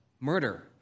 murder